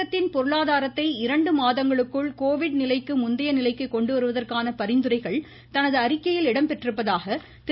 தமிழகத்தின் பொருளாதாரத்தை இரண்டு மாதங்களுக்குள் கோவிட் நிலைக்கு முந்தையை நிலைக்கு கொண்டு வருவதற்கான பரிந்துரைகள் தனது அறிக்கையில் இடம்பெற்றிருப்பதாக திரு